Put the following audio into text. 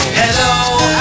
hello